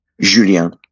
Julien